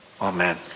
Amen